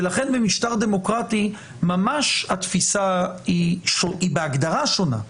ולכן במשטר דמוקרטי ממש התפיסה היא בהגדרה שונה.